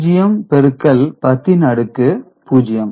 0 பெருக்கல் 10 ன் அடுக்கு 0